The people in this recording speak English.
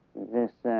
this